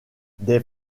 des